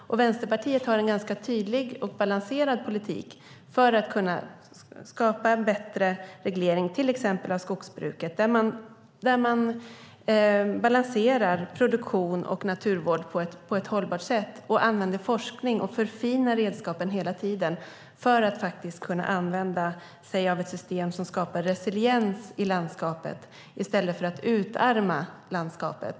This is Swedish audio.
Vänsterpartiet har en ganska tydlig och balanserad politik för bättre reglering, till exempel av skogsbruket. Man ska balansera produktion och naturvård på ett hållbart sätt, använda forskning och förfina redskapen hela tiden för att kunna använda sig av ett system som skapar resiliens i landskapet i stället för att utarma landskapet.